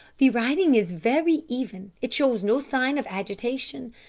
the writing is very even it shows no sign of agitation,